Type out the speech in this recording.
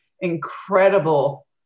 incredible